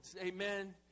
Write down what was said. Amen